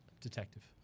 detective